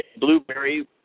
Blueberry